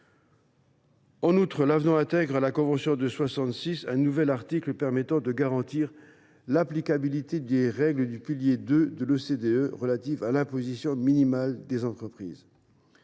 intègre en outre à la convention de 1966 un nouvel article qui garantit l’applicabilité des règles du pilier 2 de l’OCDE relatives à l’imposition minimale des entreprises.